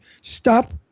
Stop